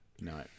No